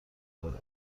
داره